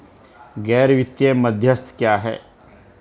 गैर वित्तीय मध्यस्थ क्या हैं?